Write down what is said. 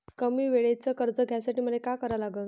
कमी वेळेचं कर्ज घ्यासाठी मले का करा लागन?